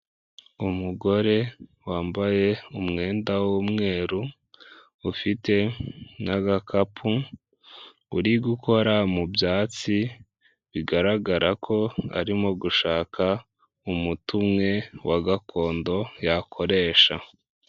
Umugore wambaye umwenda w'umweru, ufite n'agakapu, uri gukora mu byatsi, bigaragara ko arimo gushaka umutu umwe wagakondo yakoresha.